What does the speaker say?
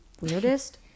weirdest